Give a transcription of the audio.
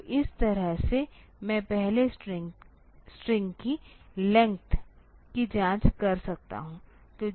तो इस तरह से मैं पहली स्ट्रिंग की लेंथ की जांच कर सकता हूं